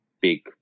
big